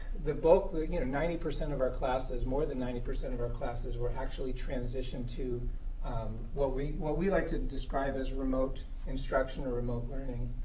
the bulk, you know, ninety percent of our classes, more than ninety percent of our classes, were actually transitioned to what we what we like to describe as remote instruction or remote learning.